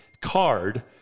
card